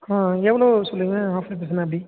ஆ எவ்வளோ சொல்லுங்கள் ஆஃபர் பீஸ்னால் எப்படி